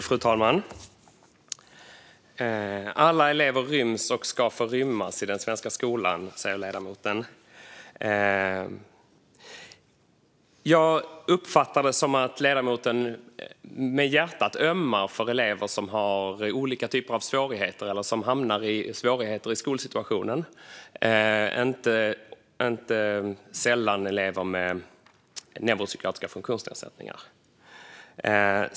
Fru talman! Alla elever ryms och ska få rymmas i den svenska skolan, säger ledamoten. Jag uppfattar det som att ledamoten med hjärtat ömmar för elever som har olika typer av svårigheter eller hamnar i svårigheter i skolsituationen, inte sällan elever med neuropsykiatriska funktionsnedsättningar.